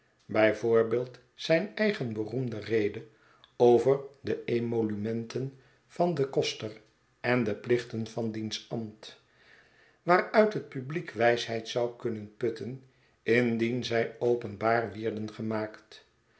voorbeeld zijn eigen beroemde rede over de emolumenten van den koster en de plichten van diens ambt waaruit het publiek wijsheid zou kunnen putten indien zij openbaar wierden gemaakt